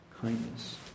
kindness